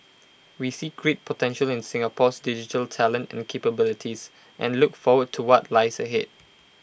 we see great potential in Singapore's digital talent and capabilities and look forward to what lies ahead